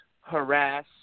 harass